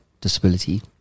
disability